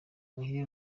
muhire